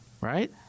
Right